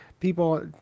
People